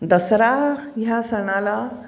दसरा ह्या सणाला